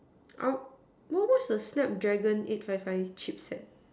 uh what what's the snapdragon eight five five chip set